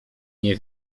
nie